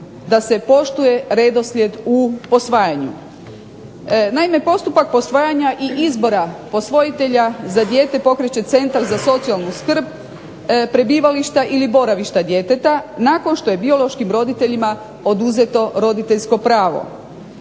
da se poštuje redoslijed u posvajanju. Naime, postupak posvajanja i izbora posvojitelja za dijete pokreće centar za socijalnu skrb, prebivališta ili boravišta djeteta, nakon što je biološkim roditeljima oduzeto roditeljsko pravo.